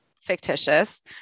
fictitious